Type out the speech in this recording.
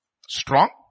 strong